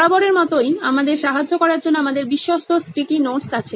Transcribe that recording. বরাবরের মতোই আমাদের সাহায্য করার জন্য আমাদের বিশ্বস্ত স্টিকি নোটস আছে